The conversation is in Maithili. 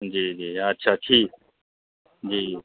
जी जी अच्छा ठीक जी